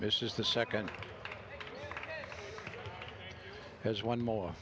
this is the second has one more